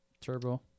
Turbo